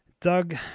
Doug